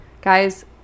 Guys